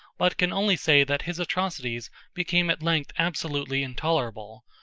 but can only say that his atrocities became at length absolutely intolerable,